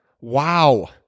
Wow